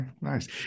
nice